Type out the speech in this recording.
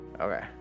Okay